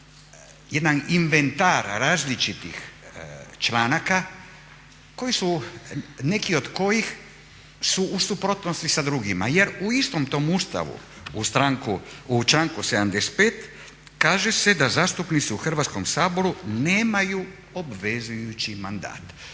jedan inventar različitih članaka neki od kojih su u suprotnosti sa drugima jer u istom tom Ustavu u članku 75. kaže se da zastupnici u Hrvatskom saboru nemaju obvezujući mandat,